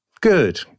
Good